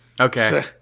Okay